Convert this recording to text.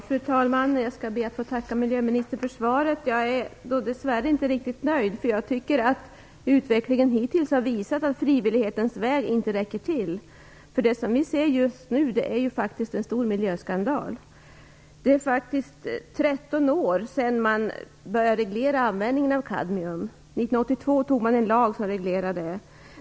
Fru talman! Jag tackar miljöministern för svaret. Jag är dessvärre inte riktigt nöjd. Jag tycker att utvecklingen hittills har visat att frivillighetens väg inte räcker till. Det som vi just nu ser är faktiskt en stor miljöskandal. Det är 13 år sedan man började reglera användningen av kadmium. År 1982 antogs en lag som reglerade denna.